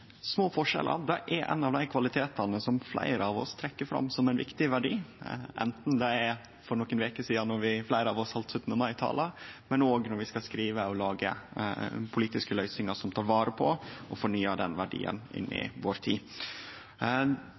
Små forskjellar er ein av dei kvalitetane som fleire av oss trekkjer fram som ein viktig verdi, anten det er som for nokre veker sidan då fleire av oss heldt 17. mai-talar, eller når vi skal skrive og lage politiske løysingar som tek vare på og fornyar den verdien inn i vår tid.